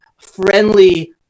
friendly